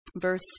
Verse